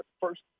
first